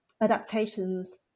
adaptations